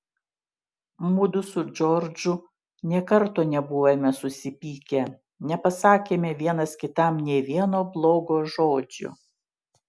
mudu su džordžu nė karto nebuvome susipykę nepasakėme vienas kitam nė vieno blogo žodžio